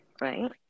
right